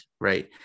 right